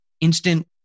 instant